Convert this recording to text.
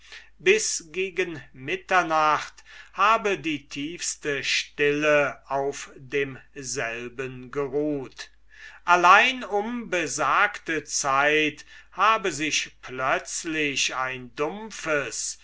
bis gegen mitternacht habe die tiefste stille auf demselben geruht allein um besagte zeit habe sich plötzlich ein dumpfes